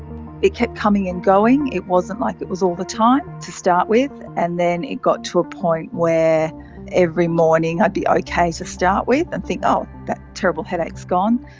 it kept coming and going. it wasn't like it was all the time to start with, and then it got to a point where every morning i'd be okay to start with and think, oh, that terrible headache is gone,